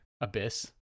abyss